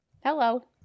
Hello